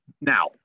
now